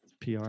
PR